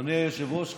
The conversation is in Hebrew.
אדוני היושב-ראש,